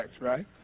right